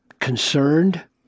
Concerned